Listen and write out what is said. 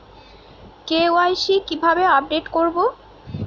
KYC কিভাবে update করব?